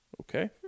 Okay